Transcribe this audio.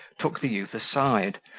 took the youth aside,